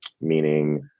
meaning